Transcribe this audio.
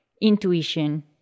Intuition